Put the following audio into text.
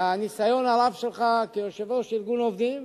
והניסיון הרב שלך כיושב-ראש ארגון עובדים,